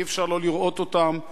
אי-אפשר שלא לראות אותם,